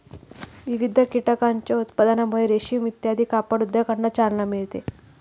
विविध कीटकांच्या उत्पादनामुळे रेशीम इत्यादी कापड उद्योगांना चालना मिळते